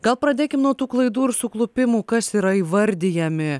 gal pradėkim nuo tų klaidų ir suklupimų kas yra įvardijami